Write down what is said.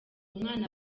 mwana